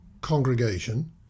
congregation